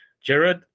Jared